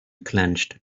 clenched